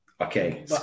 okay